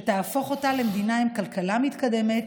שתהפוך אותה למדינה עם כלכלה מתקדמת,